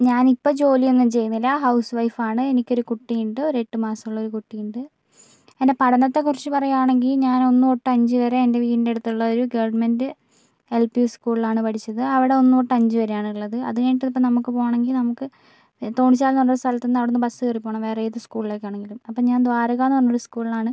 ഞാനിപ്പോ ജോലിയൊന്നും ചെയ്യുന്നില്ല ഹൗസ് വൈഫാണ് എനിക്കൊരു കുട്ടിയുണ്ട് ഒര് എട്ട് മാസോള്ളൊരു കുട്ടിയുണ്ട് എൻ്റെ പഠനത്തെ കുറിച്ച് പറയാണെങ്കിൽ ഞാൻ ഒന്ന് തൊട്ട് അഞ്ച് വരെ എൻ്റെ വീടിനടുത്തുള്ള ഒരു ഗവൺമെൻറ്റ് എൽപി സ്കൂളിലാണ് പഠിച്ചത് അവിടെ ഒന്ന് തൊട്ട് അഞ്ച് വരെയാണുള്ളത് അത്കഴിഞ്ഞാട്ടിപ്പോൾ നമുക്ക് പോണങ്കിൽ നമക്ക് തോൺച്ചാൽന്ന് പറയുന്ന സ്ഥലത്തു നിന്ന് അവിടുന്ന് ബസ് കയറി പോകണം വേറെ ഏത് സ്കൂളിലേക്കാണെങ്കിലും അപ്പോൾ ഞാന് ദ്വാരകാന്ന് പറഞ്ഞൊര് സ്കൂളിലാണ്